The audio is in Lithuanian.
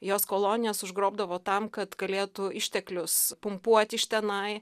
jos kolonijas užgrobdavo tam kad galėtų išteklius pumpuoti iš tenai